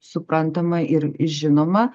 suprantama ir žinoma